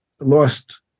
lost